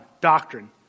doctrine